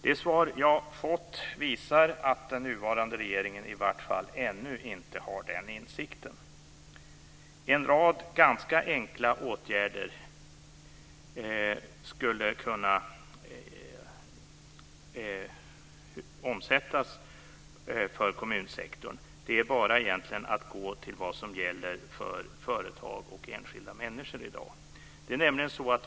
Det svar jag har fått visar att den nuvarande regeringen ännu inte har den insikten. En rad ganska enkla åtgärder skulle kunna omsättas för kommunsektorn. Det är egentligen bara att gå till vad som gäller för företag och enskilda människor i dag.